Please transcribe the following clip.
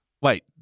Wait